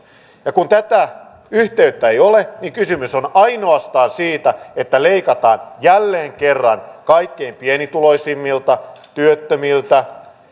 ja kun tätä yhteyttä ei ole niin kysymys on ainoastaan siitä että leikataan jälleen kerran kaikkein pienituloisimmilta työttömiltä